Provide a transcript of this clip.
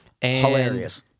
Hilarious